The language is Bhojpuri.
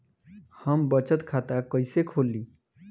हम बचत खाता कइसे खोलीं?